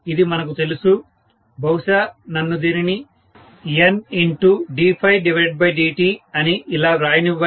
ఇది మనకు తెలుసు బహుశా నన్ను దీనిని Nddt అని ఇలా వ్రాయనివ్వండి